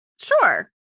Sure